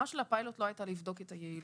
לירושלים בשביל להגיד רק שלוש מילים: